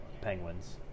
Penguins